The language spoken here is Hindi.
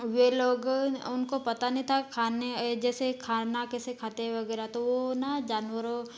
वे लोग उनको पता नहीं था खाने जैसे खाना कैसे खाते हैं वगैरह तो वो ना जानवरों